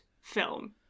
film